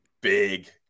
big